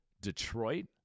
Detroit